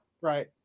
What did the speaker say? Right